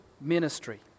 ministry